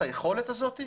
את היכולת הזאת?